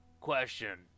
question